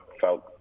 felt